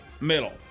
middle